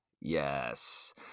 Yes